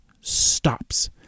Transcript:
stops